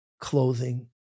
clothing